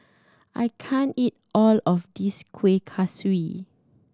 I can't eat all of this Kuih Kaswi